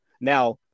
now